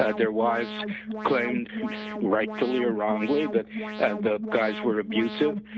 ah their wives claimed rightfully or wrongly that the guys were abusive,